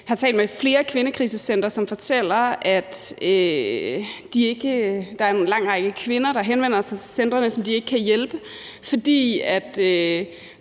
jeg talte med flere kvindekrisecentre, som fortalte, at der er en lang række kvinder, der henvender sig til centrene, som de ikke kan hjælpe, fordi